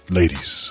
ladies